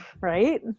Right